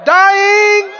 dying